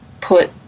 put